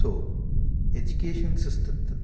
so education சிஸ்டத்து